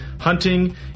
hunting